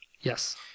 Yes